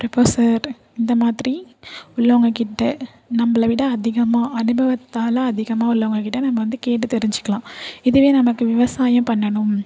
professor அந்தமாதிரி உள்ளவங்கக்கிட்ட நம்மளவிட அதிகமாக அனுபவத்தால் அதிகமாக உள்ளவங்கக்கிட்ட நம்ம வந்து கேட்டு தெரிஞ்சுக்கிலாம் இதுவே நமக்கு விவசாயம் பண்ணணும்